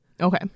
Okay